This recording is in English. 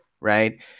Right